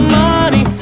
money